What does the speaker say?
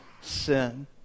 sin